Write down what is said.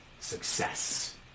Success